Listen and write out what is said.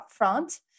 upfront